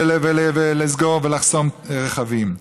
לסגור ולחסום רכבים.